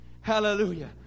Hallelujah